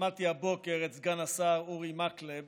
שמעתי הבוקר את סגן השר אורי מקלב